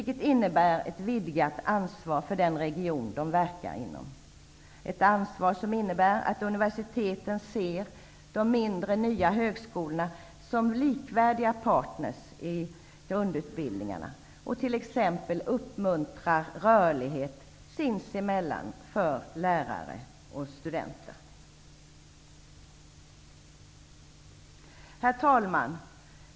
Detta innebär ett vidgat ansvar för den region som de verkar inom -- ett ansvar som innebär att universiteten ser de mindre, nya högskolorna som likvärdiga partner i fråga om grundutbildningarna och t.ex. uppmuntrar till rörlighet sinsemellan när det gäller lärare och studenter. Herr talman!